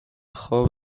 خواب